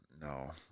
no